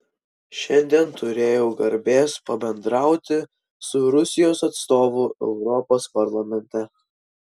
šiandien turėjau garbės pabendrauti su rusijos atstovu europos parlamente